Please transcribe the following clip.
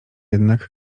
jednak